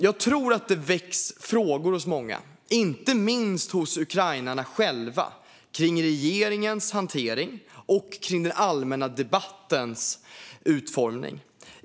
Jag tror att det väcks frågor hos många, inte minst hos ukrainarna själva, kring regeringens hantering och den allmänna debattens utformning.